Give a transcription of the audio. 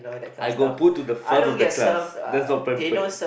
I go poo to the front of the class that's not pamper